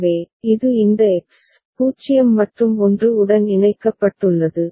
எனவே இது இந்த எக்ஸ் 0 மற்றும் 1 உடன் இணைக்கப்பட்டுள்ளது